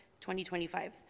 2025